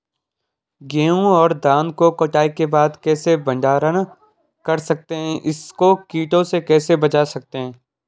गेहूँ और धान को कटाई के बाद कैसे भंडारण कर सकते हैं इसको कीटों से कैसे बचा सकते हैं?